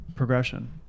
progression